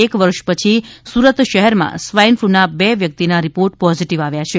એક વર્ષ પછી સુરત શહેરમાં સ્વાઇન ફ્લૂના બે વ્યકિતના રિપોર્ટ પોઝેટીવ આવ્યા છે